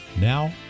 Now